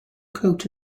coat